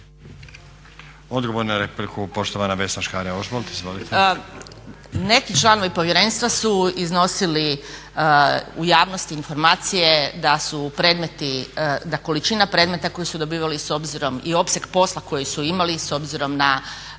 Odgovor na repliku, poštovana Vesna Škare-Ožbolt. Izvolite. **Škare Ožbolt, Vesna (DC)** Neki članovi Povjerenstva su iznosili u javnosti informacije da su predmeti, da količina predmeta koju su dobivali s obzirom i opseg posla koji su imali s obzirom na